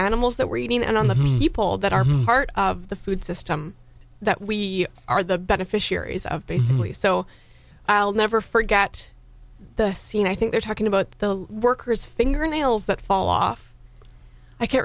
animals that we're eating and on the people that are part of the food system that we are the beneficiaries of basically so i'll never forget the scene i think they're talking about the workers fingernails that fall off i can't